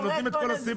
הם נותנים את כל הסיבות.